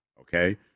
okay